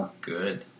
Good